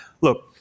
look